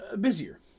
busier